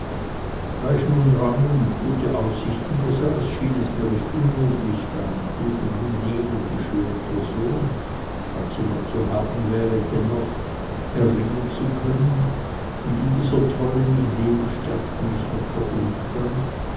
da ich nun rang und gute aussichten besaß schien es mir nicht unmöglich bei einem klugen benehmen die schöne person falls sie noch zu haben wäre dennoch erlangen zu können und in dieser tollen idee bestärkte mich noch der umstand